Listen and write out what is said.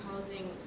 housing